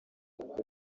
yakorewe